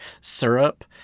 syrup